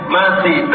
mercy